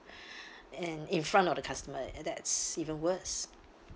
and in front of the customer and that's even worse